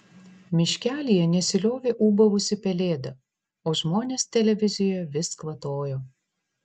miškelyje nesiliovė ūbavusi pelėda o žmonės televizijoje vis kvatojo